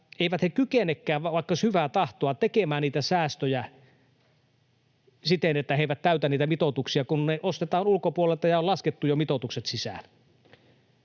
eivät kykenekään, vaikka olisi hyvää tahtoa, tekemään niitä säästöjä siten, että ne eivät täytä niitä mitoituksia, kun ne ostetaan ulkopuolelta ja on laskettu jo mitoitukset sisään.